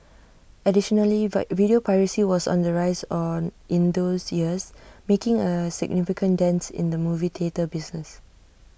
additionally video piracy was on the rise on in those years making A significant dent in the movie theatre business